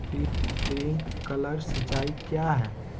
Sprinkler सिंचाई क्या है?